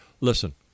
Listen